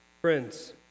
Friends